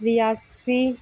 Reasi